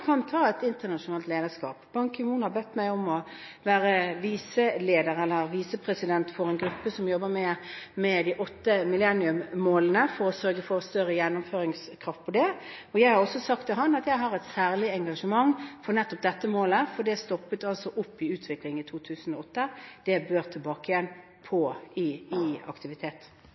et internasjonalt lederskap. Ban Ki-moon har bedt meg om å være visepresident for en gruppe som jobber med de åtte milleniummålene for å sørge for større gjennomføringskraft. Jeg har også sagt til ham at jeg har et særlig engasjement for nettopp dette målet, for utviklingen stoppet altså opp i 2008. Det bør aktivt tilbake igjen. Regjeringa har i sitt budsjett teke steg bort frå den aktive næringspolitikken som den raud-grøne regjeringa har ført i